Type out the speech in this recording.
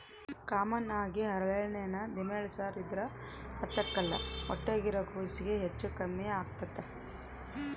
common ಆಗಿ ಹರಳೆಣ್ಣೆನ ದಿಮೆಂಳ್ಸೇರ್ ಇದ್ರ ಹಚ್ಚಕ್ಕಲ್ಲ ಹೊಟ್ಯಾಗಿರೋ ಕೂಸ್ಗೆ ಹೆಚ್ಚು ಕಮ್ಮೆಗ್ತತೆ